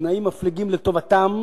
בתנאים מפליגים לטובתם,